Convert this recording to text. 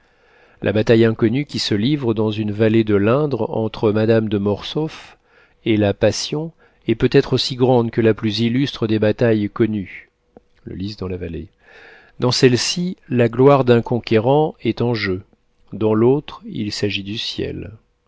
la bataille inconnue qui se livre dans une vallée de l'indre entre madame de mortsauf et la passion est peut-être aussi grande que la plus illustre des batailles connues le lys dans la vallée dans celle-ci la gloire d'un conquérant est en jeu dans l'autre il s'agit du ciel